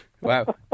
Wow